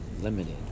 Limited